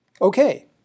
Okay